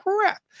crap